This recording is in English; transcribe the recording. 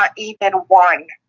not even one,